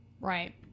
right